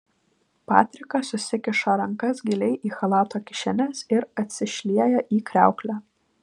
patrikas susikiša rankas giliai į chalato kišenes ir atsišlieja į kriauklę